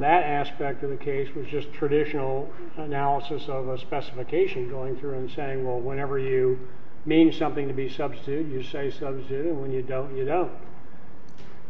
that aspect of the case was just traditional analysis of the specification going through and saying well whenever you mean something to be substituted you say subs and when you don't you know